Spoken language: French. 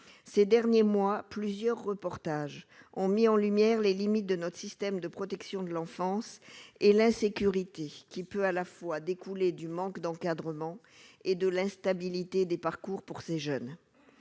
ces derniers mois plusieurs reportages ont mis en lumière les limites de notre système de protection de l'enfance et l'insécurité qui peut à la fois découlait du manque d'encadrement et de l'instabilité des parcours pour ces jeunes,